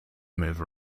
move